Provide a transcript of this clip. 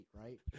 right